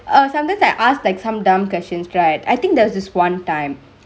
err sometimes I ask like some dumb questions right I think there was this one time this